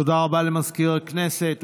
תודה רבה למזכיר הכנסת.